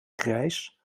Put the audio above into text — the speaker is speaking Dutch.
grijs